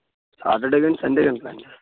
Saturday కానీ Sunday కానీ plan చేస్తాము